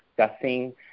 discussing